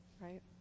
right